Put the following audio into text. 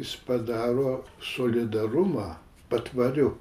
jis padaro solidarumą patvariu